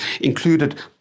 included